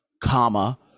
comma